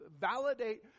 validate